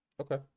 Okay